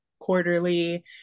quarterly